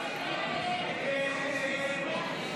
ההסתייגויות